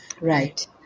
Right